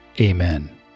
amen